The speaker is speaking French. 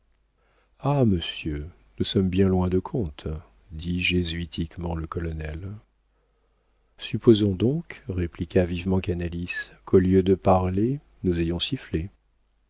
ah monsieur nous sommes bien loin de compte dit jésuitiquement le colonel supposons donc répliqua vivement canalis qu'au lieu de parler nous ayons sifflé